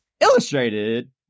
Illustrated